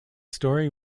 story